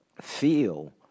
feel